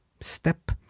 step